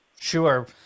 Sure